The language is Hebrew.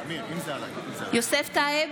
בעד יוסף טייב,